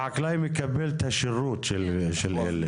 החקלאי מקבל את השירות של אלה.